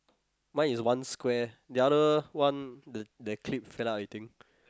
mine is one square the other one the that clip fell out I think